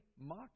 mock